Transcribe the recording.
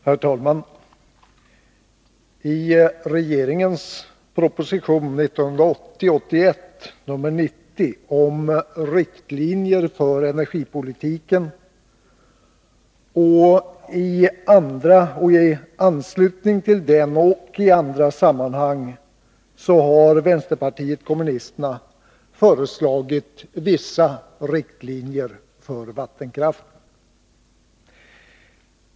Herr talman! I anslutning till regeringens proposition 1980/81:90 om riktlinjer för energipolitiken och i andra sammanhang har vänsterpartiet kommunisterna föreslagit vissa riktlinjer för vattenkraften.